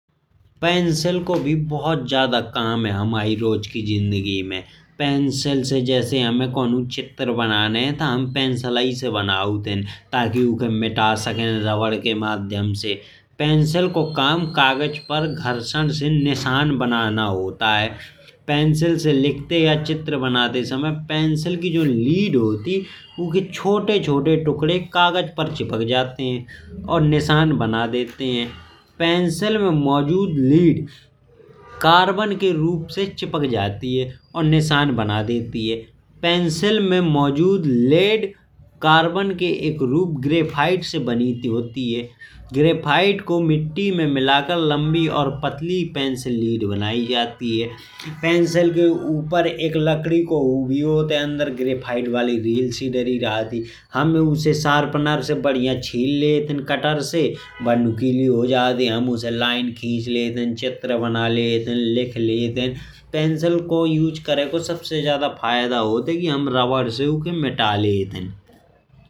पेंसिल को भी बहुत ज्यादा काम है। हमाय रोज की जिंदगी में पेंसिल से जैसे हम कओनो चित्र बनाने हैं। ता हम पेंसिलाइ से बनावट है। ताकि उखे मिटा सके रबर के माध्यम से। पेंसिल को काम कागज पर घर्षण से निशान बनाना होत है। पेंसिल से लिखते या चित्र बनाते समय पेंसिल की जोन लीड होत। ही उखे छोटे छोटे टुकड़े कागज पर चिपक जाते हैं और निशान बना देते हैं। पेंसिल में मौजूद लीड कार्बन के रूप से चिपक जाती है। और निशान बना देती है पेंसिल में मौजूद लेड कार्बन के एक रूप ग्रेफाइट से बनी होत है। ग्रेफाइट को मिट्टी में मिलाकर लंबी और पतली पेंसिल लीड बनाई जात है। पेंसिल के ऊपर एक लकड़ी को होत है और अंदर ग्रेफाइट बालि रील सी डाली रहती है। हम उसे शार्पनर से बढ़िया छील लेते हैं। कटर से नुकीली हो जात है हम उससे लाइन खींच लेते हैं चित्र बना लेते हैं लिख लेते हैं। पेंसिल को उपयोग करे को सबसे ज्यादा फायदा होत है कि हम रबर से उखे मिटा लेते हैं।